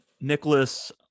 Nicholas